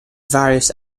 various